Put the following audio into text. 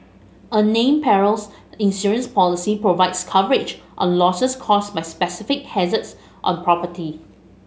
a named perils insurance policy provides coverage on losses caused by specific hazards on property